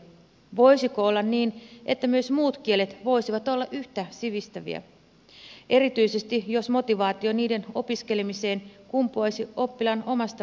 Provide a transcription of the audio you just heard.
voisiko olla niin että myös muut kielet voisivat olla yhtä sivistäviä erityisesti jos motivaatio niiden opiskelemiseen kumpuaisi oppilaan omasta valinnasta